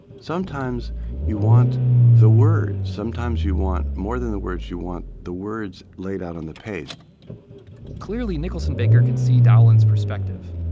sometimes you want the words sometimes you want more than the words, you want the words laid out on the page clearly, nicholson baker can see dowlin's perspective.